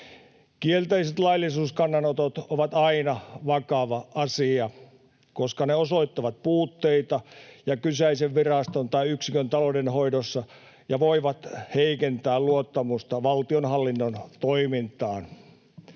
Kielteiset laillisuuskannanotot ovat aina vakava asia, koska ne osoittavat puutteita kyseisen viraston tai yksikön taloudenhoidossa ja voivat heikentää luottamusta valtionhallinnon toimintaan.